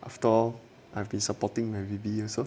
after all I've been supporting my baby also